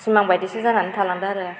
सिमां बायदिसो जानानै थालांदों आरो